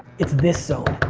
it's this zone.